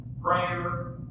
prayer